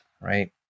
Right